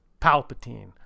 Palpatine